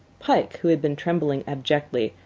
pike, who had been trembling abjectly,